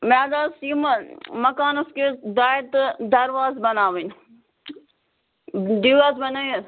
مےٚ حظ آسہٕ یِمن مَکانَس کِژھ دارِ تہٕ دَروازٕ بَناوٕنۍ دِیِو حظ بَنٲیِتھ